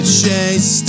chase